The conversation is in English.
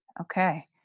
okay